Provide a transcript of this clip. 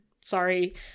Sorry